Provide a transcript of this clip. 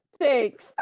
Thanks